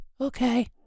Okay